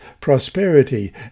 prosperity